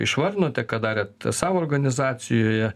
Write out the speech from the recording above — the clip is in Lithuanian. išvardinote ką darėt savo organizacijoje